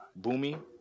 Boomy